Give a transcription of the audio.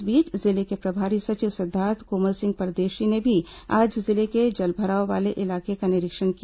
इस बीच जिले के प्रभारी सचिव सिद्वार्थ कोमल सिंह परदेशी ने भी आज जिले को जलभराव वाले इलाके का निरीक्षण किया